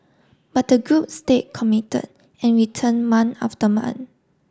but the group stayed committed and return month after month